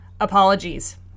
apologies